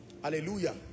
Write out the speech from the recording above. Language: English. Hallelujah